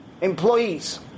employees